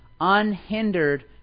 unhindered